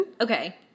okay